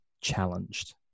challenged